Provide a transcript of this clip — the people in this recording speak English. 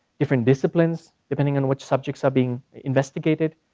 different disciplines, depending on which subjects are being investigated.